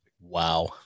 Wow